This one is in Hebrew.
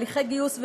הליכי גיוס ומיון,